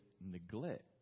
neglect